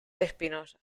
espinosa